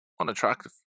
unattractive